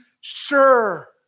sure